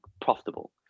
profitable